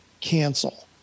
cancel